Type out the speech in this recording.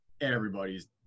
Everybody's